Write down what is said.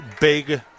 big